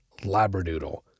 labradoodle